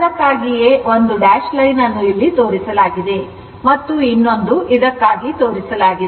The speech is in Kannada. ಅದಕ್ಕಾಗಿಯೇ 1 ಡ್ಯಾಶ್ ಲೈನ್ ಅನ್ನು ಇಲ್ಲಿ ತೋರಿಸಲಾಗಿದೆ ಮತ್ತು ಇನ್ನೊಂದು ಇದಕ್ಕಾಗಿ ತೋರಿಸಲಾಗಿದೆ